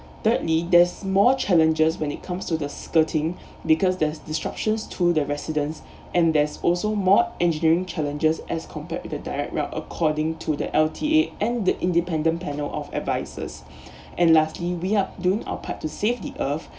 thirdly there's more challenges when it comes to the skirting because there's disruptions to the residence and there's also more engineering challenges as compared with a direct route according to the L_T_A and the independent panel of advisors and lastly we are doing our part to save the earth